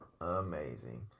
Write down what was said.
amazing